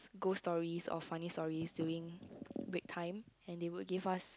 ghost stories or funny stories during break time and they would give us